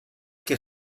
què